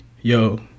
yo